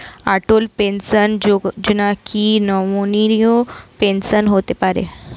অটল pension Yojana কি নমনীয় pension পেতে পারে?